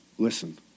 Listen